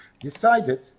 decided